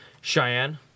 Cheyenne